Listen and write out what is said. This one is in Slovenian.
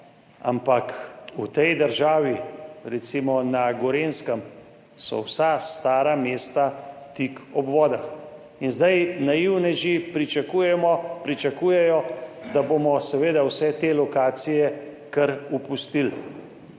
Ampak v tej državi, recimo, na Gorenjskem so vsa stara mesta tik ob vodah. In zdaj naivneži pričakujemo, pričakujejo, da bomo seveda vse te lokacije kar opustili.